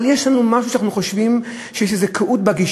אבל יש משהו שאנחנו חושבים, שיש, עם השנים,